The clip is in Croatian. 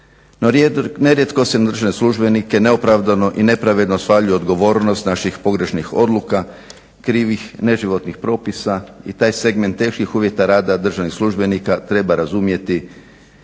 Nerijetko se na državne službenike neopravdano i nepravedno svaljuje odgovornost naših pogrešnih odluka, krivih neživotnih propisa i taj segment teških uvjeta rada državnih službenika treba razumjeti